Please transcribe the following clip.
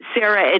Sarah